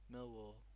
Millwall